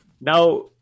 Now